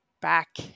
back